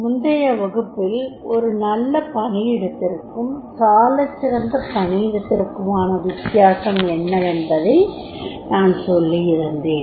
முந்தைய வகுப்பில் ஒரு நல்ல பணியிடத்திற்கும் சாலச்சிறந்த பணியிடத்திற்குமான வித்தியாசம் என்னவென்பதை நான் சொல்லியிருந்தேன்